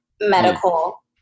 medical